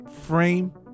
Frame